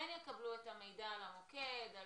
כן יקבלו את המידע על המוקד, על